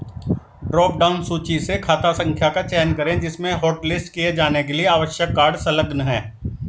drop down सूची से खाता संख्या का चयन करें जिसमें हॉटलिस्ट किए जाने के लिए आवश्यक कार्ड संलग्न है